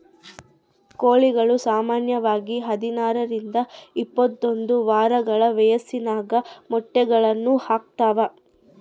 ಕೋಳಿಗಳು ಸಾಮಾನ್ಯವಾಗಿ ಹದಿನಾರರಿಂದ ಇಪ್ಪತ್ತೊಂದು ವಾರಗಳ ವಯಸ್ಸಿನಲ್ಲಿ ಮೊಟ್ಟೆಗಳನ್ನು ಹಾಕ್ತಾವ